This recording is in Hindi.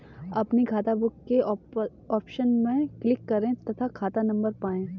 अपनी खाताबुक के ऑप्शन पर क्लिक करें तथा खाता नंबर पाएं